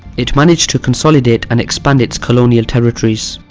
it managed to consolidate and expand its colonial territories.